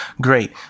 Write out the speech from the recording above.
Great